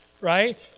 right